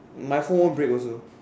my phone won't break also